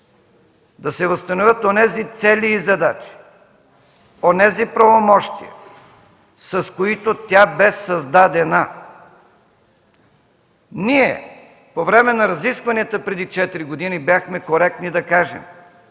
да се възстановят онези цели и задачи, онези правомощия, с които тя бе създадена. Ние по време на разискванията преди четири години бяхме коректни да кажем,